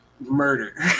murder